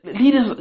leaders